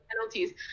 penalties